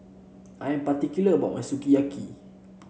I am particular about my Sukiyaki